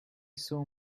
saw